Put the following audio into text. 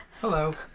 Hello